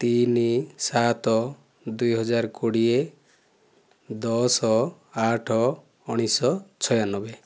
ତିନି ସାତ ଦୁଇହଜାର କୋଡ଼ିଏ ଦଶ ଆଠ ଉଣେଇଶ ଶହ ଛୟାନବେ